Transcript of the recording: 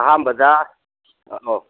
ꯑꯍꯥꯟꯕꯗ ꯑꯣ ꯑꯣ